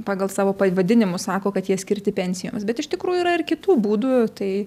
pagal savo paivadinimus sako kad jie skirti pensijoms bet iš tikrųjų yra ir kitų būdų tai